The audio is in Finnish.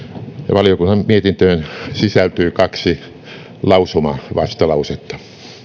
valiokunnan mietintöön sisältyy kaksi lausumavastalausetta